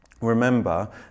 Remember